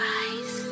eyes